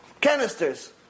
canisters